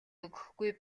өгөхгүй